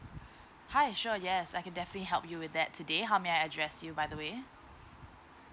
hi sure yes I can definitely help you with that today how may I address you by the way